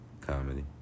Comedy